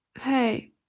Hey